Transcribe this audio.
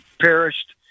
perished